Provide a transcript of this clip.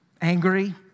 angry